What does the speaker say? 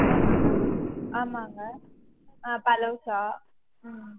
ஆமாம்ங்க ஆமாம்ங்க ஆமாம்ங்க ஆ பலோஸா ம்